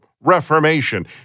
reformation